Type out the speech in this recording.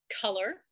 color